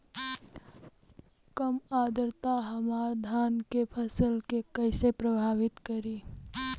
कम आद्रता हमार धान के फसल के कइसे प्रभावित करी?